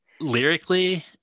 lyrically